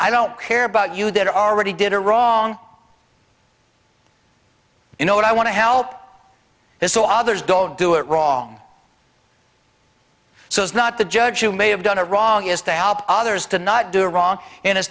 i don't care about you that are already did it wrong you know what i want to help it so others don't do it wrong so it's not the judge who may have done a wrong is to help others to not do wrong